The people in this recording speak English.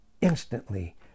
instantly